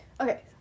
Okay